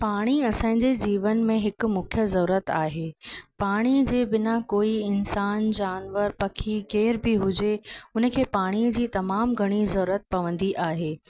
पाणी असांजे जीवन में हिकु मुख्य ज़रूरत आहे पाणीअ जे बिना कोई इंसान जानवर पखी केर बि हुजे हुन खे पाणीअ जी तमामु घणी ज़रूरत पवंदी आहे